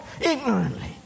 ignorantly